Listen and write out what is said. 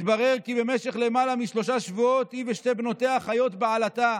מתברר כי במשך למעלה משלושה שבועות היא ושתי בנותיה חיות בעלטה,